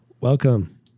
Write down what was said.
Welcome